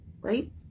Right